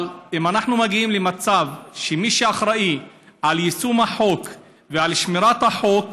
אבל אם אנחנו מגיעים למצב שמי שאחראי על יישום החוק ועל שמירת החוק